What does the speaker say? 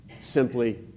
simply